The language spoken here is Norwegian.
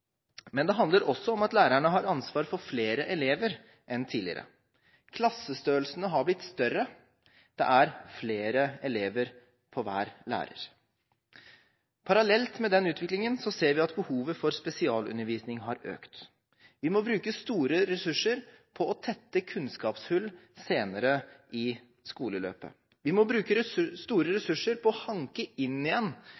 men det handler også om at lærerne har ansvar for flere elever enn tidligere. Klassene har blitt større, det er flere elever på hver lærer. Parallelt med den utviklingen ser vi at behovet for spesialundervisning har økt. Vi må bruke store ressurser på å tette kunnskapshull senere i skoleløpet. Vi må bruke store